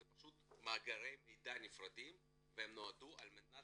אלה פשוט מאגרי מידע נפרדים והם נועדו על מנת